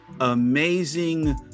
amazing